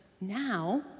now